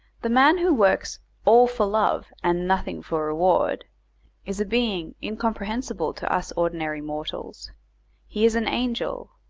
the man who works all for love and nothing for reward is a being incomprehensible to us ordinary mortals he is an angel,